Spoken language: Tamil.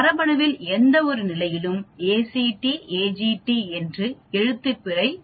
மரபணுவில் எந்தவொரு நிலையும் ACTAGT என்ற எழுத்துப்பிழை தளமாகும் 0